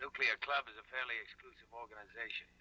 nuclear club as a fairly exclusive organization